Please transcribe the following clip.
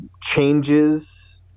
changes